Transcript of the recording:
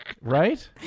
Right